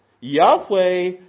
Yahweh